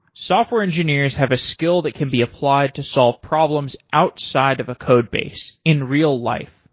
software engineers have a skill that can be applied to solve problems outside of a code base in real life.